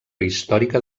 històrica